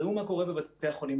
ראו מה קורה בבתי החולים.